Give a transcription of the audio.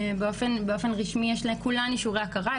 באופן רשמי יש לכולן אישורי הכרה,